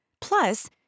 Plus